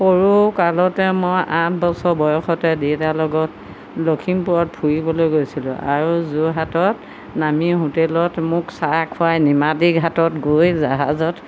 সৰুকালতে মই আঠ বছৰ বয়সতে দেউতাৰ লগত লখিমপুৰত ফুৰিবলৈ গৈছিলোঁ আৰু যোৰহাটত নামি হোটেলত মোক চাহ খুৱাই নিমাতী ঘাটত গৈ জাহাজত